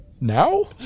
now